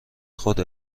خود